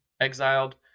exiled